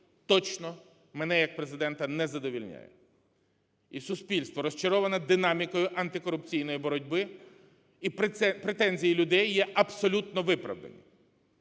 точно мене як Президента не задовольняють. І суспільно розчароване динамікою антикорупційної боротьби, і претензії людей є абсолютно виправдані.